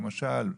למשל מסגדים,